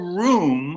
room